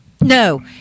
No